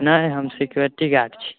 नहि हम security guard छी